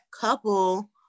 couple